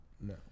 No